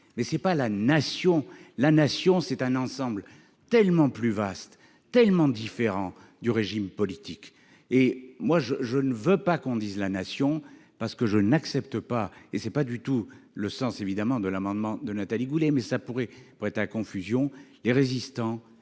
Mais c'est pas la nation, la nation, c'est un ensemble tellement plus vaste tellement différent du régime politique et moi je, je ne veux pas qu'on dise la nation parce que je n'accepte pas et c'est pas du tout le sens évidemment de l'amendement de Nathalie Goulet, mais ça pourrait prêter à confusion des résistants